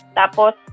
tapos